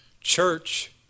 church